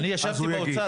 אני ישבתי באוצר,